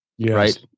Right